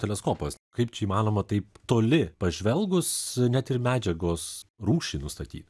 teleskopas kaip čia įmanoma taip toli pažvelgus net ir medžiagos rūšį nustatyt